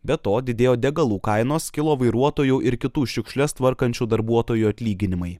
be to didėjo degalų kainos kilo vairuotojų ir kitų šiukšles tvarkančių darbuotojų atlyginimai